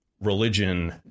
religion